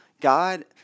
God